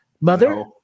Mother